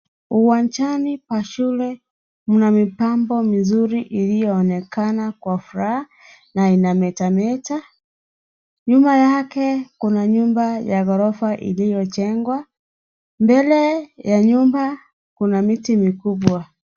Uwanjani pa shule mnamipambo mizuri ilioonekana kwa furaha na inametameta na nyuma yake kuna nyumba ya gorofa iliyojengwa mbele ya nyumba kuna miti mikubwa.